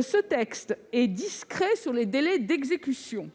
Ce texte est discret sur les délais d'exécution.